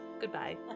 goodbye